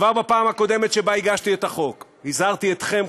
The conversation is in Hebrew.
כבר בפעם הקודמת שבה הגשתי את החוק הזהרתי אתכם,